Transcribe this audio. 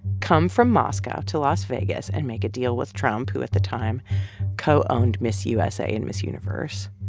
come from moscow to las vegas and make a deal with trump, who, at the time co-owned miss usa and miss universe.